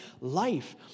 life